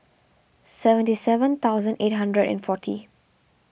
seventy seven thousand eight hundred and forty